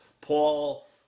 Paul